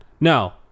No